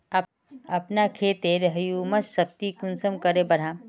अपना खेतेर ह्यूमस शक्ति कुंसम करे बढ़ाम?